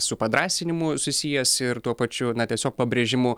su padrąsinimu susijęs ir tuo pačiu na tiesiog pabrėžimu